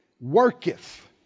worketh